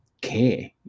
care